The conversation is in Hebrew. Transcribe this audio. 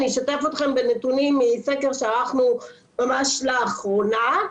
אני אשתף אתכם בנתונים מסקר שערכנו ממש לאחרונה,